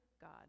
god